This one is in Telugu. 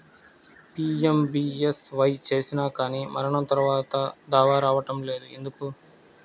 పీ.ఎం.బీ.ఎస్.వై చేసినా కానీ మరణం తర్వాత దావా రావటం లేదు ఎందుకు?